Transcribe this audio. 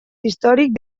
històric